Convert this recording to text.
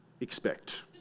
Expect